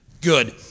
Good